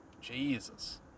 Jesus